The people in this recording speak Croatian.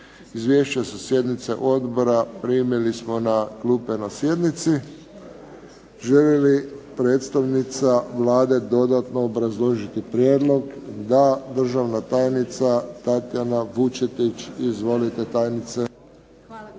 Izvješća sa sjednica odbora primili smo na klupe na sjednici. Želi li predstavnica Vlade dodatno obrazložiti prijedlog? Da. Državna tajnica Tatjana Vučetić. Izvolite tajnice.